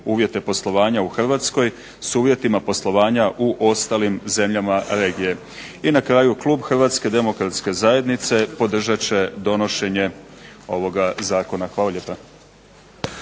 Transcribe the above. uvjete poslovanja u HRvatskoj s uvjetima poslovanja u ostalim zemljama regije. I na kraju klub HDZ-a podržat će donošenje ovoga zakona. Hvala lijepa.